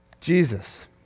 Jesus